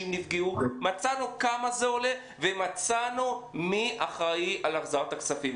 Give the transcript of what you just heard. נפגעו וכמה זה עולה ומצאנו מי אחראי להחזרת הכספים.